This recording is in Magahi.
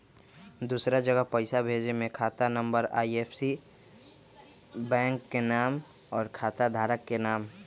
दूसरा जगह पईसा भेजे में खाता नं, आई.एफ.एस.सी, बैंक के नाम, और खाता धारक के नाम?